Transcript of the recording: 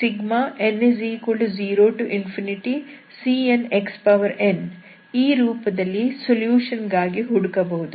ಆದ್ದರಿಂದ ನೀವು yxn0cnxn ಈ ರೂಪದಲ್ಲಿ ಸೊಲ್ಯೂಷನ್ ಗಾಗಿ ಹುಡುಕಬಹುದು